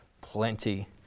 plenty